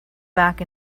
back